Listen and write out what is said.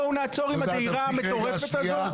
בואו נעצור עם הדהירה המטורפת הזה.